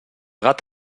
gat